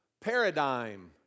paradigm